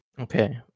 Okay